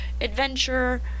adventure